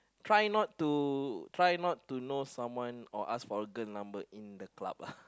try not to try not to know someone or ask for a girl number in the club lah